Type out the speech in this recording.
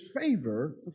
favor